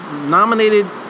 nominated